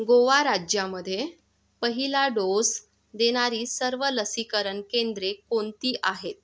गोवा राज्यामध्ये पहिला डोस देणारी सर्व लसीकरण केंद्रे कोणती आहेत